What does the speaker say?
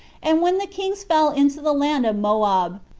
and when the kings fell into the land of moab,